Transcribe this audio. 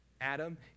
Adam